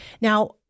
Now